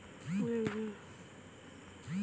उदगम आदमी आपन प्रजाति के बीच्रहे के करला